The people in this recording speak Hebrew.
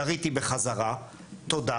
יריתי בחזרה וכולי".